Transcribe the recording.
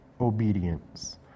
obedience